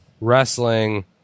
Wrestling